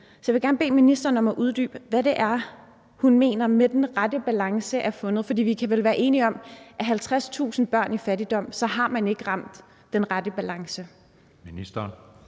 Så jeg vil gerne bede ministeren om at uddybe, hvad det er, hun mener med, at den rette balance er fundet. For vi kan vel være enige om, at man med 50.000 børn i fattigdom så ikke har ramt den rette balance. Kl.